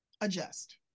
adjust